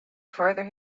further